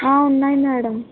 ఉన్నాయి మేడం